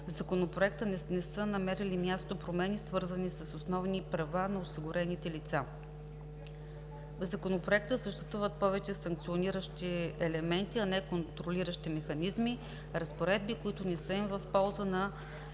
Законопроекта не са намерили място промените, свързани с основни права на осигурените лица. В Законопроекта съществуват повече санкциониращи елементи, а не контролиращи механизми; разпоредби, които не са в полза на